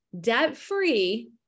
debt-free